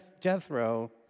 Jethro